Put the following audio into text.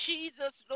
Jesus